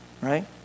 right